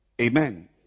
Amen